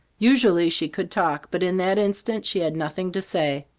usually she could talk, but in that instant she had nothing to say.